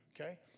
Okay